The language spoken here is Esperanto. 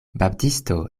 baptisto